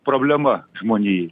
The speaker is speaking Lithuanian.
problema žmonijai